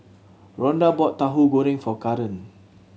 Ronda brought Tahu Goreng for Karan